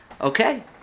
Okay